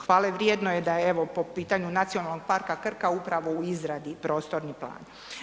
Hvale vrijedno je da je, evo po pitanju Nacionalnog parka Krka upravo u izradi prostorni plan.